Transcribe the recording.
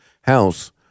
house